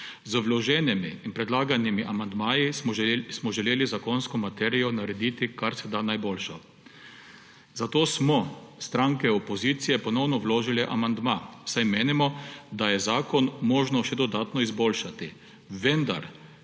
Z vloženimi in predlaganimi amandmaji smo želeli zakonsko materijo narediti karseda najboljšo. Zato smo stranke opozicije ponovno vložile amandma, saj menimo, da je zakon možno še dodatno izboljšati, vendar